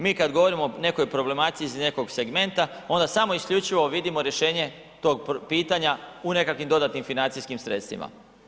Mi kad govorimo o nekoj problematici iz nekog segmenta onda samo isključivo vidimo rješenje tog pitanja u nekakvim dodatnim financijskim sredstvima.